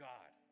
God